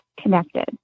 connected